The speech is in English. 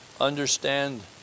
Understand